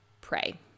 pray